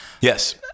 Yes